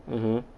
mmhmm